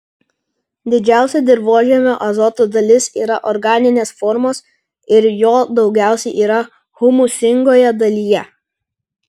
didžiausia dirvožemio azoto dalis yra organinės formos ir jo daugiausiai yra humusingoje dalyje